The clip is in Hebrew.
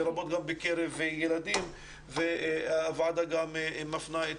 לרבות גם בקרב ילדים והוועדה מפנה את